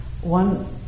one